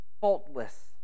faultless